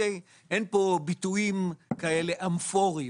אין כאן ביטויים כאלה אמורפיים